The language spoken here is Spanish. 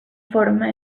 forma